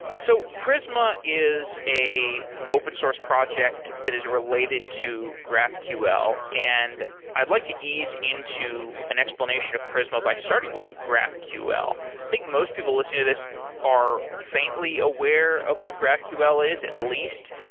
so prisma is an open source project that is related to graphql, and i'd like to ease into an explanation of prisma by starting with graphql. i think most people listening to this are faintly aware of what graphql is at least,